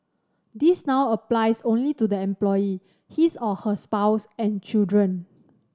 this now applies only to the employee his or her spouse and children